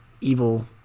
evil